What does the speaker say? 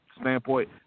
standpoint